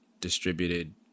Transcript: distributed